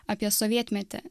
apie sovietmetį